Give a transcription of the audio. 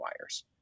wires